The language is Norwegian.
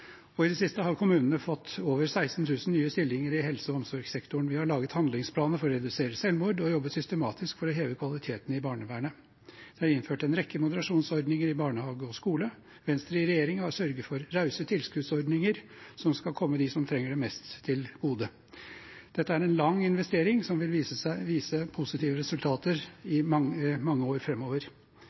og i det siste har kommunene fått over 16 000 nye stillinger i helse- og omsorgssektoren. Vi har laget handlingsplaner for å redusere selvmord og har jobbet systematisk for å heve kvaliteten i barnevernet. Det er innført en rekke moderasjonsordninger i barnehage og skole. Venstre i regjering har sørget for rause tilskuddsordninger som skal komme dem som trenger det mest, til gode. Dette er en lang investering som vil vise positive resultater i mange år